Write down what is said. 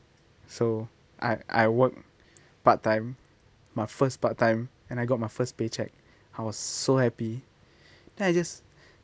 so I I work part-time my first part-time and I got my first paycheck I was so happy then I just